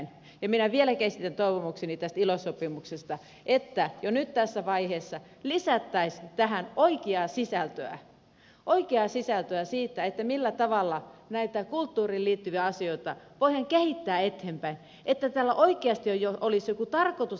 minä vieläkin esitän toivomukseni tästä ilo sopimuksesta että jo nyt tässä vaiheessa lisättäisiin tähän oikeaa sisältöä oikeaa sisältöä siitä millä tavalla näitä kulttuuriin liittyviä asioita voidaan kehittää eteenpäin että tällä sopimuksella oikeasti olisi jokin tarkoitus